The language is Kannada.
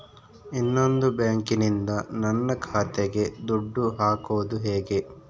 ಇನ್ನೊಂದು ಬ್ಯಾಂಕಿನಿಂದ ನನ್ನ ಖಾತೆಗೆ ದುಡ್ಡು ಹಾಕೋದು ಹೇಗೆ?